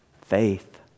faith